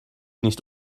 nicht